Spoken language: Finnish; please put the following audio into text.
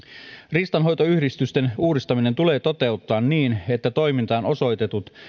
riistanhoitoyhdistysten uudistaminen tulee toteuttaa niin että toimintaan osoitetut